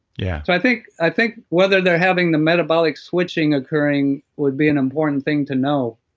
yeah i think i think whether they're having the metabolic switching occurring would be an important thing to know.